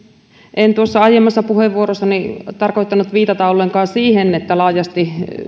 en aiemmassa puheenvuorossani tarkoittanut viitata ollenkaan siihen että laajasti